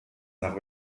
nach